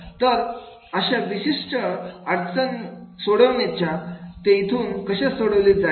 तर अशा विशिष्ट अडचण अडचणींना ते इथून कशी सोडवली जाईल